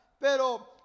pero